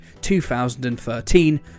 2013